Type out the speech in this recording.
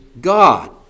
God